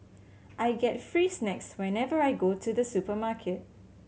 I get free snacks whenever I go to the supermarket